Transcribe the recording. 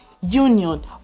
union